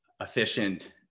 efficient